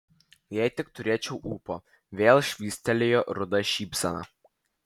jei tik turėčiau ūpo vėl švystelėjo ruda šypsena